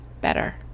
better